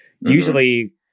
usually